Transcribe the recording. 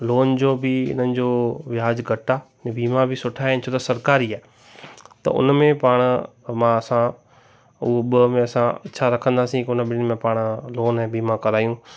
loan जो बि इन्हनि जो व्याजु घटि आहे ऐं बीमा बि सुठा आहिनि छो त सरकारी आहे त उन में पाण मां असां हू ॿ में असां छा रखंदासीं कोन ॿिनि में पाण लोन ऐं बीमा करायूं